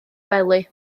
wely